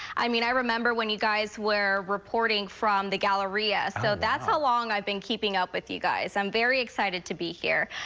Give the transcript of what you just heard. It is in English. i mean, i remember when you guys were reporting from the galleria so that's how long i've been keeping up with you guys. i'm very excited to be here.